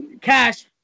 Cash